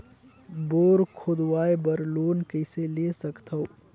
Bore खोदवाय बर loan कइसे ले सकथव?